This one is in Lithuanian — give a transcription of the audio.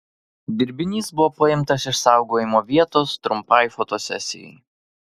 dirbinys buvo paimtas iš saugojimo vietos trumpai fotosesijai